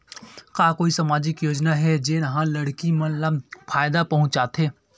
का कोई समाजिक योजना हे, जेन हा लड़की मन ला फायदा पहुंचाथे?